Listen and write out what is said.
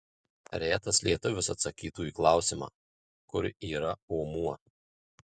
retas lietuvis atsakytų į klausimą kur yra omuo